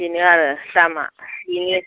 बेनो आरो दामा बे